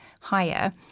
higher